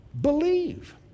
Believe